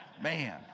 man